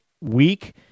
week